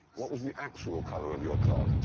what was the actual colour of your car?